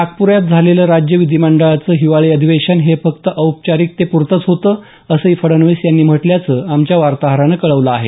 नागप्रात झालेलं राज्य विधीमंडळाचं हिवाळी अधिवेशन हे फक्त औपचारिकतेपरतंच होतं असंही फडणवीस यांनी म्हटल्याचं आमच्या वार्ताहरानं कळवलं आहे